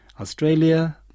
Australia